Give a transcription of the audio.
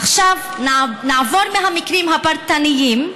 עכשיו, נעבור מהמקרים הפרטניים,